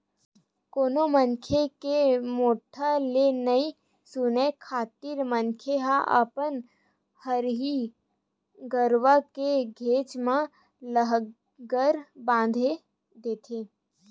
कोनो मनखे के मोठ्ठा ल नइ सुने खातिर मनखे ह अपन हरही गरुवा के घेंच म लांहगर बांधे देथे